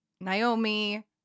Naomi